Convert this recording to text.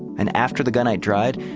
and after the gunite dried,